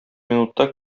минутта